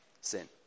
sin